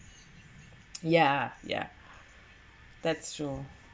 yeah yeah that's true